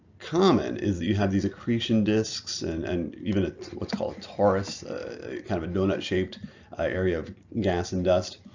common is that you have these accretion disks and and even what's called a torus kind of a doughnut-shaped area of gas and dust.